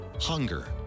Hunger